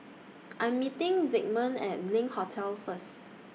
I Am meeting Zigmund At LINK Hotel First